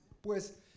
pues